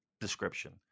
description